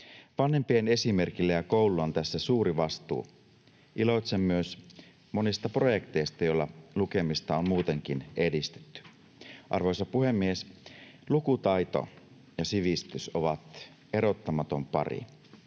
Vanhempien esimerkillä ja koululla on tässä suuri vastuu. Iloitsen myös monista projekteista, joilla lukemista on muutenkin edistetty. Arvoisa puhemies! Lukutaito ja sivistys ovat erottamaton pari.